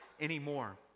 anymore